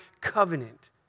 covenant